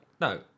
no